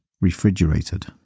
refrigerated